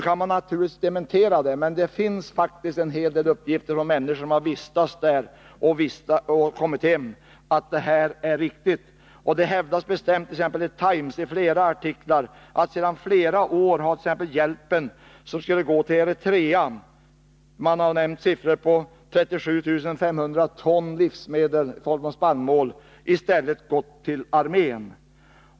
Man kan naturligtvis dementera detta, men en hel del människor som vistats i Etiopien och kommit hem därifrån har lämnat uppgifter om att detta är riktigt. Det hart.ex. förekommit flera artiklar i Times om att den hjälp som skulle gå till Eritrea — man har nämnt 37 500 ton livsmedel i form av spannmål — i stället gått till armén.